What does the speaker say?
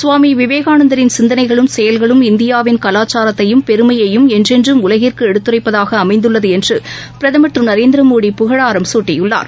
சுவாமிவிவேகானந்தின் சிந்தனைகளும் செயல்களும் இந்தியாவின் கலாச்சாரத்தையும் பெருமையையும் என்றென்றும் உலகிற்குஎடுத்துரைப்பதாகஅமைந்துள்ளதுஎன்றுபிரதம் திருநரேந்திரமோடி புகழாரம் சூட்டியுள்ளார்